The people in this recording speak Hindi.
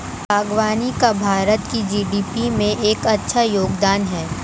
बागवानी का भारत की जी.डी.पी में एक अच्छा योगदान है